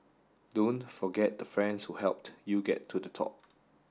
don't forget the friends who helped you get to the top